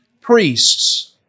priests